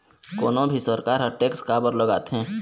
कोनो भी सरकार ह टेक्स काबर लगाथे?